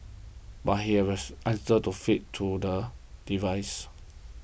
but he answers to fed to the devices